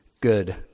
good